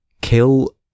kill